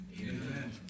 Amen